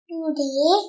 Today